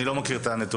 אני לא מכיר את הנתונים,